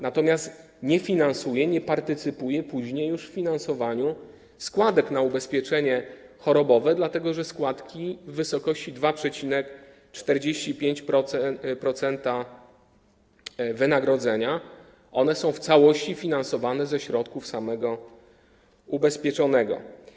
Natomiast nie finansuje on, nie partycypuje później już w finansowaniu składek na ubezpieczenie chorobowe, dlatego, że składki w wysokości 2,45% wynagrodzenia są w całości finansowane ze środków samego ubezpieczonego.